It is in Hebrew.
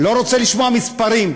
לא רוצה לשמוע מספרים.